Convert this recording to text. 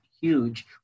huge